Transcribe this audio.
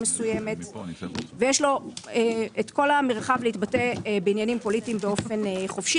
מסוימת ויש לו את כל המרחב להתבטא בעניינים פוליטיים באופן חופשי,